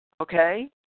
okay